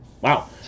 Wow